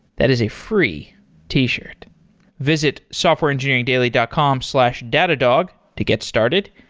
that is a free t-shirt visit softwareengineeringdaily dot com slash datadog to get started.